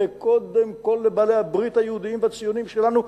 וקודם כול לבעלי הברית היהודים והציונים שלנו,